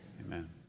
Amen